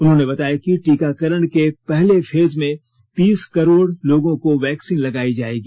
उन्होंने बताया कि टीकाकरण के पहले फेज में तीस करोड़ लोगों को वैक्सीन लगाई जाएगी